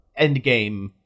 endgame